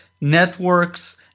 networks